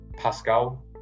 Pascal